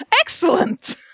Excellent